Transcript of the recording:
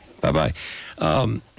Bye-bye